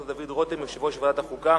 חבר הכנסת דוד רותם, יושב-ראש ועדת החוקה